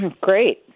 Great